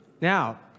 Now